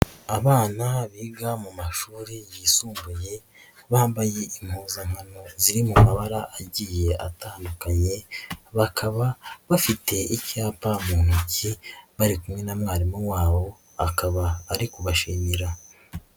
Abana biga mu mashuri yisumbuye, bambaye impuzankano ziri mu mabara agiye atandukanye, bakaba bafite icyapa mu ntoki bari kumwe na mwarimu wabo akaba ari kubashimira.